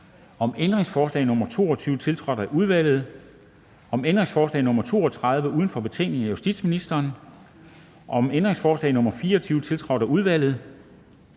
om ændringsforslag nr. 22, tiltrådt af udvalget, om ændringsforslag nr. 32 uden for betænkningen af justitsministeren, eller om ændringsforslag nr. 24, tiltrådt af udvalget?